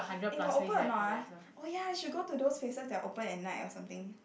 eh got open or not ah oh ya we should go to those places that are open at night or something